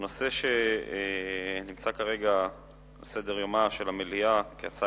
הנושא שנמצא כרגע על סדר-יומה של המליאה כהצעה